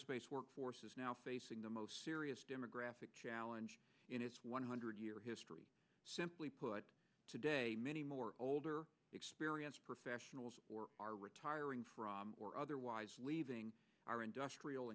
space workforce is now facing the most serious demographic challenge in its one hundred year history simply put today many more older experienced professionals are retiring from or otherwise leaving our industrial